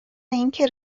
اینکه